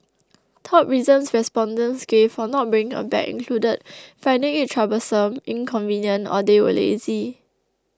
top reasons respondents gave for not bringing a bag included finding it troublesome inconvenient or they were lazy